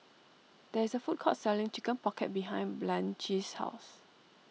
there is a food court selling Chicken Pocket behind Blanchie's house